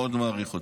מאוד מעריך אותו.